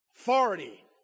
Authority